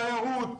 תיירות,